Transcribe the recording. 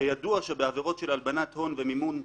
וידוע שבעבירות של הלבנת הון ומימון טרור,